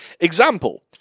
Example